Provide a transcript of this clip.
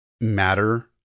matter